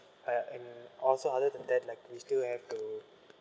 uh and also other than that like we still have to